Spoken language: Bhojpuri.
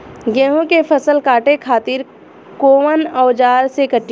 गेहूं के फसल काटे खातिर कोवन औजार से कटी?